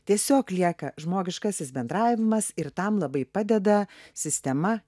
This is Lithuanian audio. tiesiog lieka žmogiškasis bendravimas ir tam labai padeda sistema